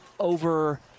Over